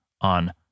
on